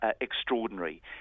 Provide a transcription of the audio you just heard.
Extraordinary